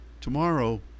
tomorrow